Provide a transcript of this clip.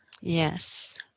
Yes